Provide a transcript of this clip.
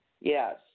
Yes